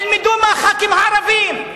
תלמדו מהח"כים הערבים.